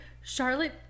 Charlotte